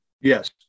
Yes